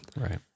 Right